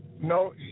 no